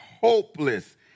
hopeless